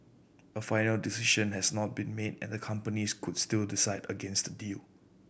a final decision has not been made and the companies could still decide against a deal